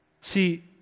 See